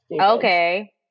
Okay